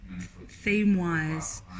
Theme-wise